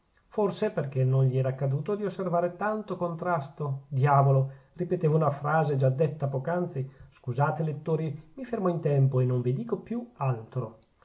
forse perchè non gli era accaduto di osservare tanto contrasto diavolo ripetevo una frase già detta poc'anzi scusate lettori mi fermo in tempo e non vi dico più altro